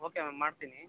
okay ma'am ಮಾಡ್ತೀನಿ